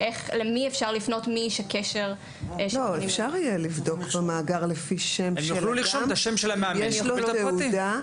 אפשר יהיה לבדוק במאגר לפי שם של אדם ואם יש לו תעודה.